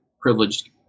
privileged